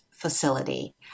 facility